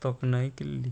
तोखनाय केल्ली